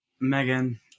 Megan